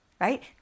right